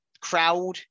crowd